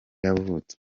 yavutse